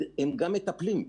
הם מטפלים,